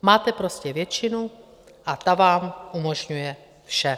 Máte prostě většinu a ta vám umožňuje vše.